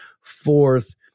Fourth